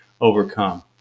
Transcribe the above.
overcome